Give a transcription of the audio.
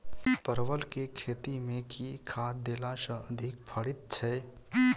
परवल केँ लाती मे केँ खाद्य देला सँ अधिक फरैत छै?